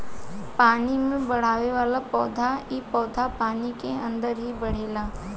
पानी में बढ़ेवाला पौधा इ पौधा पानी के अंदर ही बढ़ेला